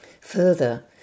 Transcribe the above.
Further